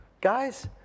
Guys